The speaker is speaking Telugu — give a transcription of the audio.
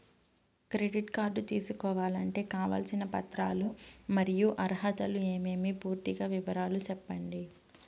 క్రెడిట్ కార్డు తీసుకోవాలంటే కావాల్సిన పత్రాలు మరియు అర్హతలు ఏమేమి పూర్తి వివరాలు సెప్పండి?